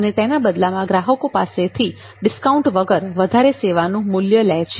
અને તેના બદલામાં ગ્રાહકો પાસેથી ડીસ્કાઉન્ટ વગર વધારે સેવાનું મૂલ્ય લે છે